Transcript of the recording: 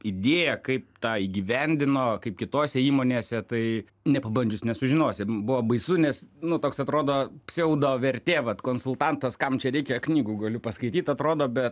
idėją kaip tą įgyvendino kaip kitose įmonėse tai nepabandžius nesužinos buvo baisu nes nu toks atrodo pseudo vertė vat konsultantas kam čia reikia knygų galiu paskaityt atrodo bet